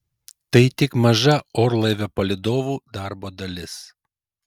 tai tik maža orlaivio palydovų darbo dalis